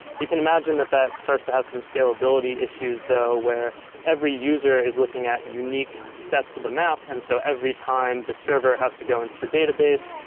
you can imagine that that starts to have some scalability issues though where every user is looking at unique sets of the map, and so every time the server has to go into the database,